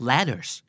Ladders